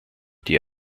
die